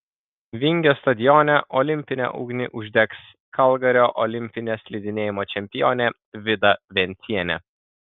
vingio stadione olimpinę ugnį uždegs kalgario olimpinė slidinėjimo čempionė vida vencienė